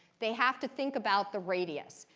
they have to think about the radius.